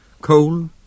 coal